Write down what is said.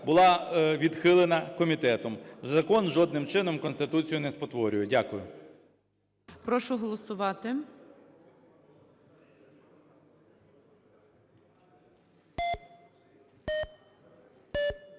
була відхилена комітетом. Закон жодним чином Конституцію не спотворює. Дякую. ГОЛОВУЮЧИЙ. Прошу голосувати.